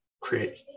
create